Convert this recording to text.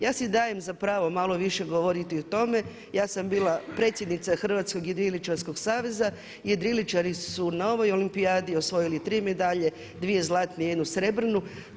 Ja si dajem za pravo malo više govoriti o tome, ja sam bila predsjednica Hrvatskog jedriličarskog saveza i jedriličari su na ovoj olimpijadi osvojili tri medalje, dvije zlatne i jednu srebrnu.